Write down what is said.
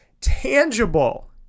tangible